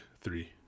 three